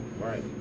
Right